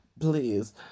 Please